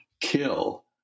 kill